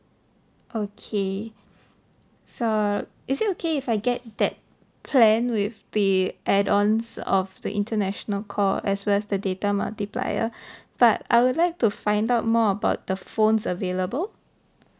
okay so is it okay if I get that plan with the add ons of the international call as well as the data multiplier but I would like to find out more about the phones available